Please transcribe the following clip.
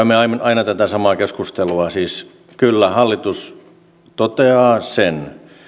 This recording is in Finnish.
me käymme aina tätä samaa keskustelua siis kyllä hallitus toteaa sen